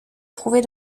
trouver